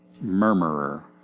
Murmurer